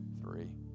three